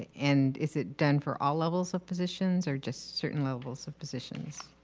and is it done for all levels of positions or just certain levels of positions.